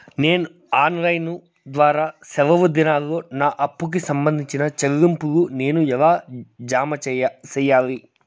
నేను offline ద్వారా సెలవు దినాల్లో నా అప్పుకి సంబంధించిన చెల్లింపులు నేను ఎలా జామ సెయ్యాలి?